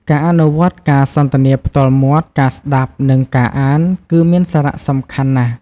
ការអនុវត្តន៍ការសន្ទនាផ្ទាល់មាត់ ការស្តាប់ និងការអាន គឺមានសារៈសំខាន់ណាស់។